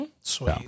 Sweet